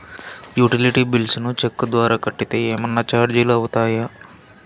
Utility bills ను cheque ద్వారా కట్టితే ఏమన్నా చార్జీలు అవుతాయా?